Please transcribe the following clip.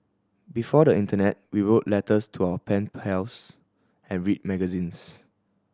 before the internet we wrote letters to our pen pals and read magazines